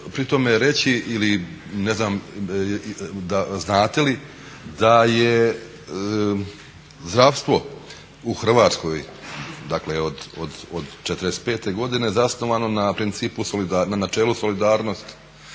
pri tome reći ili ne znam znate li da je zdravstvo u Hrvatskoj, dakle od '45. godine zasnovano na načelu solidarnosti,